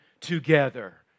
together